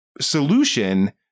solution